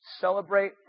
celebrate